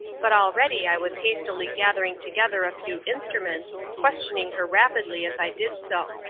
but already i was hastily gathering together a few instruments, questioning her rapidly as i did so.